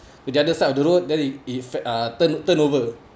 the other side of the road then it if uh turn~ turn over